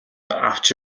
авч